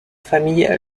famille